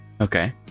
Okay